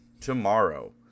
Tomorrow